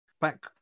Back